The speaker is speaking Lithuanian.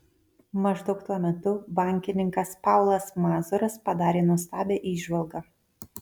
maždaug tuo metu bankininkas paulas mazuras padarė nuostabią įžvalgą